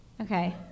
Okay